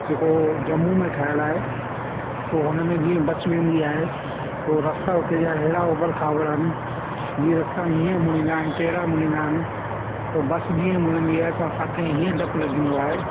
जेको जम्मू में ठहियल आहे पोइ हुनमें जीअं बस वेंदी आहे पोइ रस्ता हुते जा हेड़ा ऊबड़ खाबड़ आहिनि जीअं रस्ता ईअं मुड़ींदा आहिनि टेड़ा मुड़ींदा आहिनि पोइ बस जीअं मुड़ंदी आहे त असांखे हीअं डपु लॻंदो आहे